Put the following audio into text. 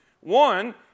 one